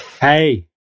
Hey